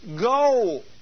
go